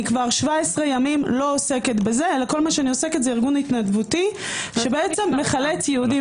אני כבר 17 ימים לא עוסקת בזה אלא רק בארגון התנדבותי שמחלץ יהודים